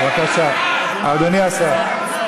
בבקשה, אדוני השר.